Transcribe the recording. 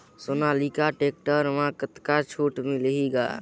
Sonalika tractor म कतका छूट मिलही ग?